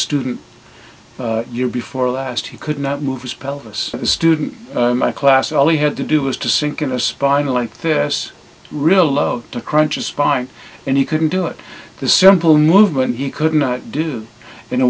student year before last he could not move his pelvis a student in my class all he had to do was to sink in a spinal like this really love to crunch a spine and he couldn't do it the simple movement he could not do you know